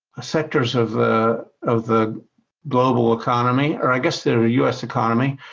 sectors of of the global economy, or i guess they're a u s. economy,